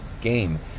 game